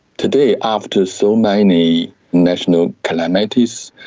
today after so many national calamities,